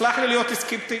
תסלח לי אם אני סקפטי,